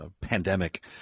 pandemic